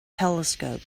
telescope